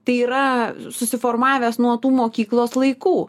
tai yra susiformavęs nuo tų mokyklos laikų